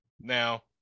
Now